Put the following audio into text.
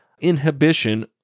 inhibition